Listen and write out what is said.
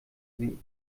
sie